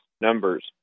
numbers